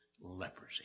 leprosy